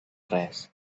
res